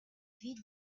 vit